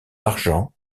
argent